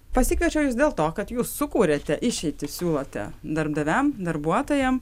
pasikviečiau jus dėl to kad jūs sukūrėte išeitį siūlote darbdaviam darbuotojam